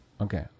Okay